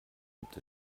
gibt